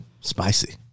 Spicy